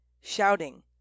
shouting